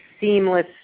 seamless